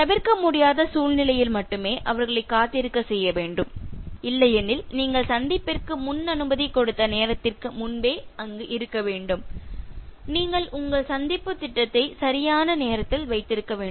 தவிர்க்கமுடியாத சூழ்நிலையில் மட்டுமே அவர்களை காத்திருக்க செய்ய வேண்டும் இல்லையெனில் நீங்கள் சந்திப்பிற்கு முன்னனுமதி கொடுத்த நேரத்திற்கு முன்பே அங்கு இருக்க வேண்டும் நீங்கள் உங்கள் சந்திப்புத் திட்டத்தை சரியான நேரத்தில் வைத்திருக்க வேண்டும்